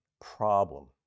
problem